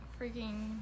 freaking